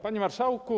Panie Marszałku!